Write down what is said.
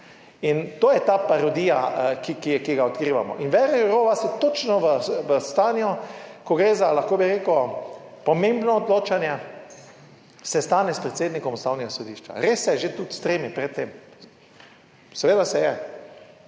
In to je ta parodija, ki ga odkrivamo. In / nerazumljivo/ točno v stanju, ko gre za, lahko bi rekel, pomembno odločanje, sestanek s predsednikom Ustavnega sodišča. Res se je že tudi s tremi pred tem, seveda se je.